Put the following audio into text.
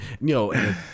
No